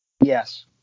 yes